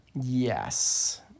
Yes